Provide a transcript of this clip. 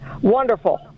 Wonderful